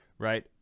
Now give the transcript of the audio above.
right